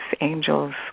angels